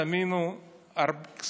תאמינו לי,